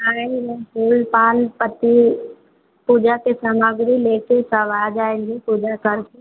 आऍंगे फूल पान पत्ती पूजा के सामग्री लेकर सब आ जाएँगे पूजा करके